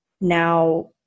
now